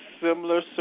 similar